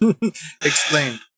Explain